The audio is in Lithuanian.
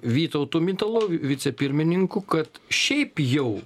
vytautu mitalu vicepirmininku kad šiaip jau